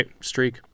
streak